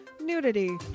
nudity